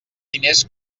diners